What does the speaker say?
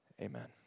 amen